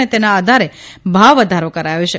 અને તેના આધારે ભાવવધારો કરાથો છે